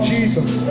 Jesus